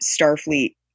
Starfleet